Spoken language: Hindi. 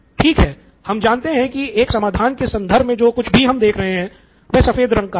ठीक है अब हम यह जानते हैं कि एक समाधान के संदर्भ में हम जो कुछ देख रहे हैं वह सफेद रंग का है